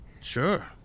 Sure